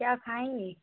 क्या खाएंगी